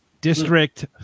district